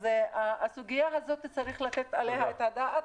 אז הסוגיה הזאת, צריך לתת עליה את הדעת.